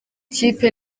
kipe